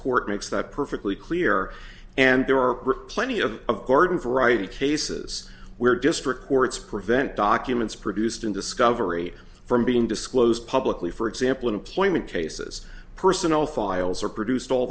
court makes that perfectly clear and there are plenty of of garden variety cases where district courts prevent documents produced in discovery from being disclosed publicly for example in employment cases personnel files are produced all